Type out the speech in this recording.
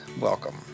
welcome